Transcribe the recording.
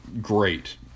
great